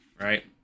right